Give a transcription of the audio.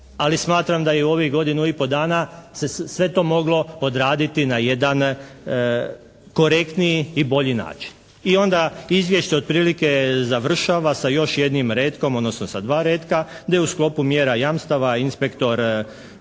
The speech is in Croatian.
ali smatram da je u ovih godinu i po dana se sve to moglo odraditi na jedan korektniji i bolji način. I onda izvješće otprilike završava sa još jednim retkom odnosno sa dva retka, da je u sklopu mjera jamstava inspektor